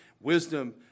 wisdom